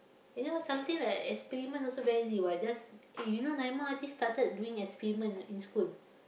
you know something like experiment also very easy what just eh you know Naimah I think started doing experiment in school